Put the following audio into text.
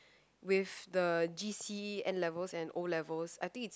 with the g_c_e n-levels and o-levels I think it's